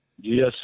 Yes